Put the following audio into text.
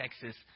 Texas